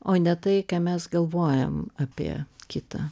o ne tai ką mes galvojam apie kitą